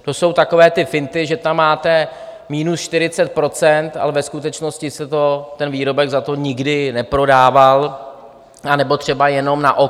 To jsou takové ty finty, že tam máte minus 40 %, ale ve skutečnosti se ten výrobek za to nikdy neprodával, nebo třeba jenom na oko.